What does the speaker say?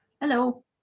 Hello